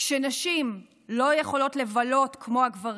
כשנשים לא יכולות לבלות כמו הגברים,